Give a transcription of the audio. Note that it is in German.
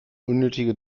unnötige